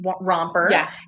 romper